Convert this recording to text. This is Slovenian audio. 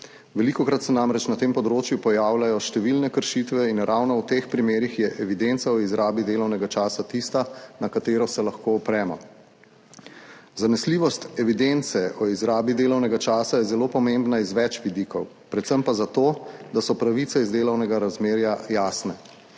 Velikokrat se namreč na tem področju pojavljajo številne kršitve in ravno v teh primerih je evidenca o izrabi delovnega časa tista, na katero se lahko opremo. Zanesljivost evidence o izrabi delovnega časa je zelo pomembna z več vidikov, predvsem pa zato, da so pravice iz delovnega razmerja jasne.